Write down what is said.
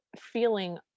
feeling